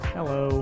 Hello